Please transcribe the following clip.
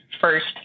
first